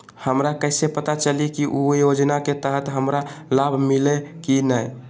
हमरा कैसे पता चली की उ योजना के तहत हमरा लाभ मिल्ले की न?